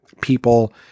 People